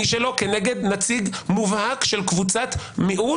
שלו כנגד נציג מובהק של קבוצת מיעוט.